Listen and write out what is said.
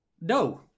No